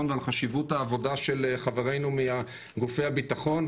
ועל חשיבות העבודה של חברינו מגופי הביטחון.